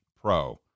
pro